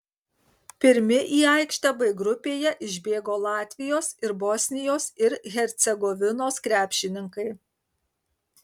pirmi į aikštę b grupėje išbėgo latvijos ir bosnijos ir hercegovinos krepšininkai